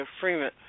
Freeman